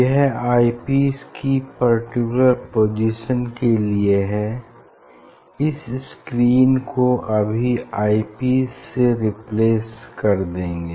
यह eyepiece की particular position के लिए है इस स्क्रीन को अभी आई पीस से रिप्लेस कर देंगे